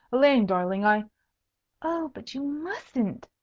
elaine, darling, i oh, but you mustn't!